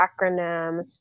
acronyms